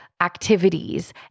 activities